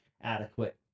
adequate